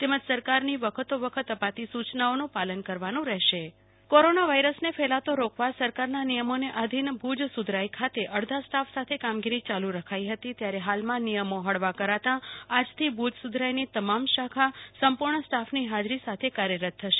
તેમજ સરકારની વખતો વખત અપાતી સુ ચનાઓનું પાલન કરવાનું રહેશે કલ્પના શાહ આજ થી ભુજ સુ ધરાઈ સંપુર્ણ સ્ટાઉ સાથે કાર્યરત કોરોના વાઈરસને ફેલાતો રોકવા સરકારના નિયમોને આધીન ભુજ સુધરાઈ ખાતે અડધા સ્ટાફ સાથે કામગીરી ચાલુ રખાઈ હતી ત્યારે હાલમાં નિયમો હળવા કરાંતા આજથી ભુજ સુ ધરાઈની તમામ શાખા સંપુર્ણ સ્ટાફની હાજરી સાથેકાર્યરત થશે